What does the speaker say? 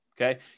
okay